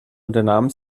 unternahm